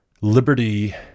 Liberty